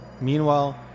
Meanwhile